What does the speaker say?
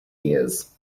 ears